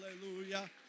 hallelujah